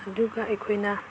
ꯑꯗꯨꯒ ꯑꯩꯈꯣꯏꯅ